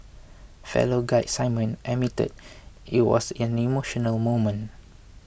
fellow guide Simon admitted it was an emotional moment